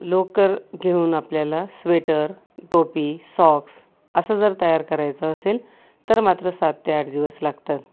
लोकर घेऊन आपल्याला स्वेटर टोपी सॉक्स असं जर तयार करायचं असेल तर मात्र सात ते आठ दिवस लागतात